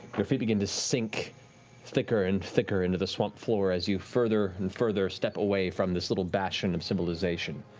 your feet begin to sink thicker and thicker into the swamp floor as you further and further step away from this little bastion of civilization.